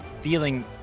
feeling